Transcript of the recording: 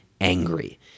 angry